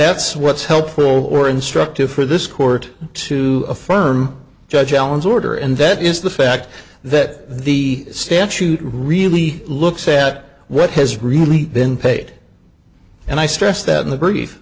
that's what's helpful or instructive for this court to affirm judge allen's order and that is the fact that the statute really looks set what has really been paid and i stress that in the brief